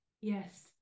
yes